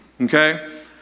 okay